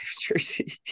jersey